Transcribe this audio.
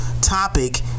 topic